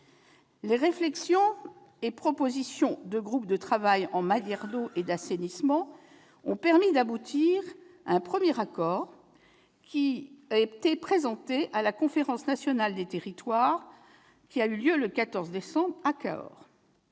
Les réflexions et propositions du groupe de travail en matière d'eau et d'assainissement ont permis d'aboutir à un premier accord, qui a été présenté lors de la Conférence nationale des territoires du 14 décembre, à Cahors.